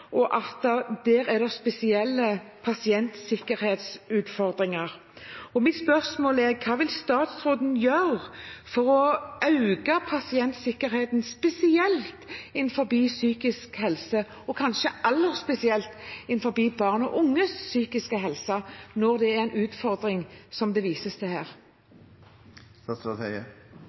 og at det der er spesielle pasientsikkerhetsutfordringer. Mitt spørsmål er: Hva vil statsråden gjøre for å øke pasientsikkerheten, spesielt innenfor psykisk helse, og kanskje aller mest spesielt innenfor barn og unges psykiske helse, når det er en utfordring, som det vises til